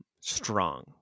strong